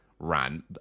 Ran